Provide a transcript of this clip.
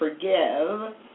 forgive